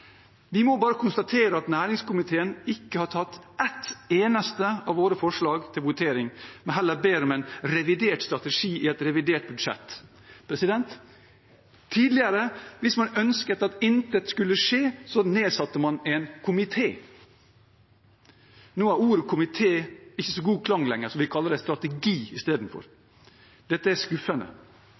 Vi må bare konstatere at næringskomiteen ikke har tatt ett eneste av våre forslag til følge når det kommer til votering, men heller ber om en revidert strategi i revidert budsjett. Tidligere hvis man ønsket at intet skulle skje, nedsatte man en komité. Nå har ordet «komité» ikke lenger så god klang – man kaller det «strategi» isteden. Dette